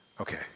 Okay